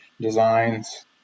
designs